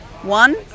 One